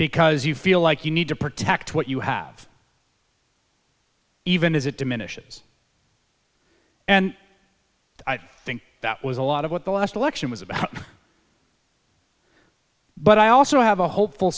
because you feel like you need to protect what you have even as it diminishes and i think that was a lot of what the last election was about but i also have a hopeful